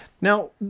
Now